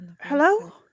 Hello